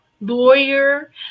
lawyer